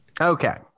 okay